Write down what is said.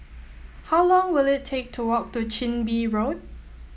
how long will it take to walk to Chin Bee Road